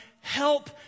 help